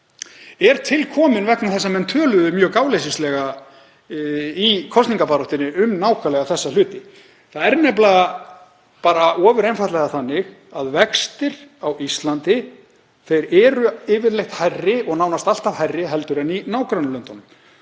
eru til komnar vegna þess að menn töluðu mjög gáleysislega í kosningabaráttunni um nákvæmlega þessa hluti. Það er ofureinfaldlega þannig að vextir á Íslandi eru yfirleitt hærri og nánast alltaf hærri en í nágrannalöndunum.